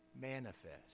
manifest